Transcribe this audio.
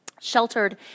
sheltered